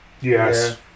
Yes